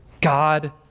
God